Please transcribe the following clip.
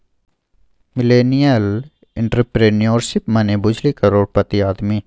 millennial entrepreneurship मने बुझली करोड़पति आदमी